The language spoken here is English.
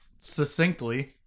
succinctly